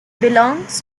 belongs